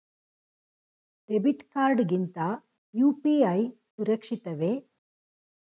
Debit card ಗಿಂತ UPI ಸುರಕ್ಷಿತವೇ?